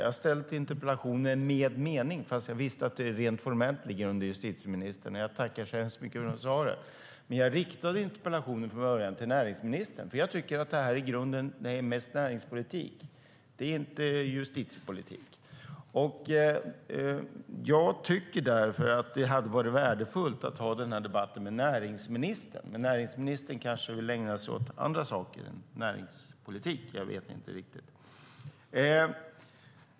Jag har ställt interpellationen med avsikt fast jag visste att detta rent formellt ligger under justitieministern. Jag tackar så hemskt mycket för svaret. Jag riktade dock från början interpellationen till näringsministern därför att jag tycker att detta i grunden mest handlar om näringspolitik. Det är inte justitiepolitik. Jag tycker därför att det hade varit värdefullt att ha denna debatt med näringsministern. Men näringsministern kanske vill ägna sig åt andra saker än näringspolitik - jag vet inte.